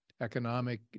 economic